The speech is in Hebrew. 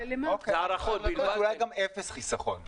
אולי גם אפס חיסכון.